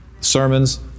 sermons